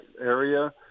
area